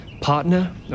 Partner